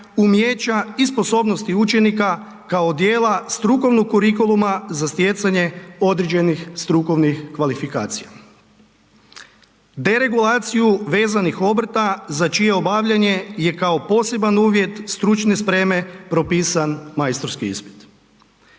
umijeća i sposobnosti učenika kao dijela strukovnog kurikuluma za stjecanje određenih strukovnih kvalifikacija, deregulaciju vezanih obrta za čije obavljanje je kao poseban uvjet stručne spreme propisan majstorski ispit.